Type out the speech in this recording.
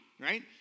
right